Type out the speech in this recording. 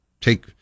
take